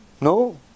No